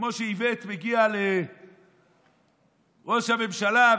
כמו שאיווט מגיע לראש הממשלה,